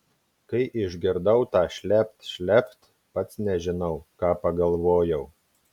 kai išgirdau tą šlept šlept pats nežinau ką pagalvojau